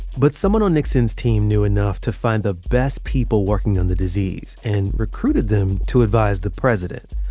but someone on nixon's team knew enough to find the best people working on the disease and recruited them to advise the president.